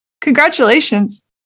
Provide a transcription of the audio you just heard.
Congratulations